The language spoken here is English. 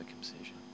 circumcision